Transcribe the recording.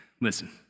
listen